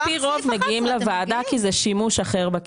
על פי רוב אנחנו מגיעים לוועדה כי זה שימוש אחר בכסף.